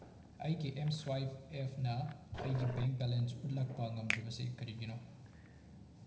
ꯑꯩꯒꯤ M swipe ꯑꯦꯐꯅ ꯑꯩꯒꯤ ꯕꯦꯡꯛ ꯕꯦꯂꯦꯟꯁ ꯎꯠꯂꯛꯄ ꯉꯝꯗ꯭ꯔꯤꯕꯁꯤ ꯀꯔꯤꯒꯤꯅꯣ